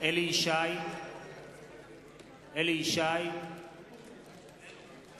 אליהו ישי אינו נוכח